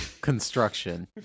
construction